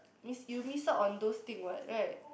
miss you miss out on those thing what right